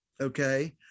okay